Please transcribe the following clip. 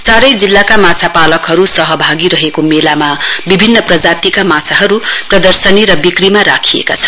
चारै जिल्लाका माछापालकहरू सहभागी रहेको मेलामा विभिन्न प्रजातिका माछाहरू प्रदर्शनी र बिक्रीमा राखिएका छन्